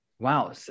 Wow